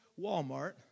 Walmart